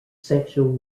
sexual